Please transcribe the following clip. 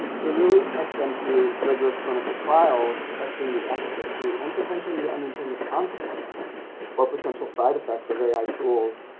to really test them through rigorous clinical trials testing the efficacy and potentially the unintended consequences or potential side effects of ai tools